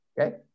okay